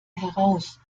heraus